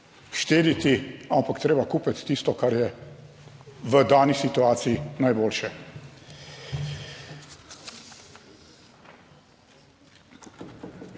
štediti, ampak je treba kupiti tisto, kar je v dani situaciji najboljše.